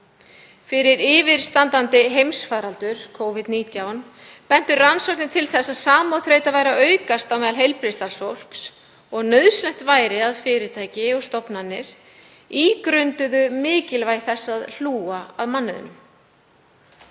Fyrir yfirstandandi heimsfaraldur, Covid-19, bentu rannsóknir til þess að samúðarþreyta væri að aukast á meðal heilbrigðisstarfsfólks og nauðsynlegt væri að fyrirtæki/stofnanir ígrunduðu mikilvægi þess að hlúa að mannauðnum.